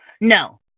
no